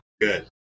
Good